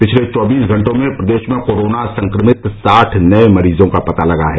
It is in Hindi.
पिछले चौबीस घंटों में प्रदेश में कोरोना से संक्रमित साठ नये मरीजों का पता लगा है